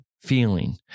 feeling